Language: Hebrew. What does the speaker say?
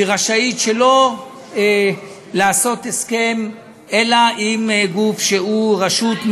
היא רשאית שלא לעשות הסכם אלא עם גוף שהוא רשות,